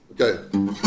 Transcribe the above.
Okay